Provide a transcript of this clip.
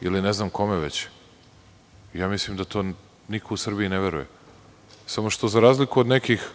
ili ne znam kome već? Ja mislim da to niko u Srbiji ne veruje, samo što, za razliku od nekih,